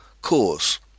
Cause